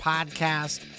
Podcast